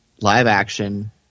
live-action